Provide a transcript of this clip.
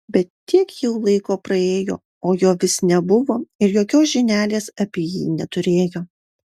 bet tiek jau laiko praėjo o jo vis nebuvo ir jokios žinelės apie jį neturėjo